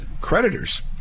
creditors